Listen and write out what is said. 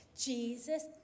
Jesus